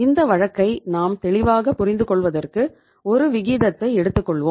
இந்த வழக்கை நாம் தெளிவாக புரிந்து கொள்வதற்கு ஒரு விகிதத்தை எடுத்துக்கொள்வோம்